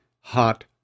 hot